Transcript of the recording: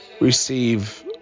receive